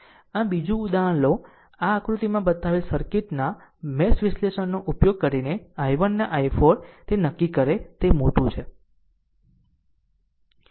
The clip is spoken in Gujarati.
આમ બીજું ઉદાહરણ લો આ આકૃતિમાં બતાવેલ સર્કિટના મેશ વિશ્લેષણનો ઉપયોગ કરીને I1 અને i4 ને નક્કી કરે તે મોટું છે